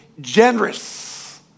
generous